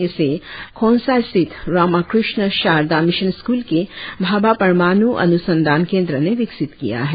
इसे खोंसा स्थित Ramakrishna Sarada mission school के भाभा परमाणू अनुसंधान केंद्र ने विकसित किया है